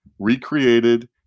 recreated